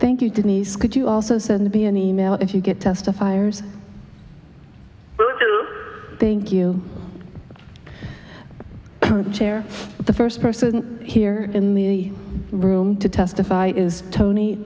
thank you denise could you also send me an e mail if you get testifiers thank you chair the first person here in the room to testify is ton